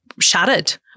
shattered